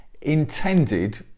intended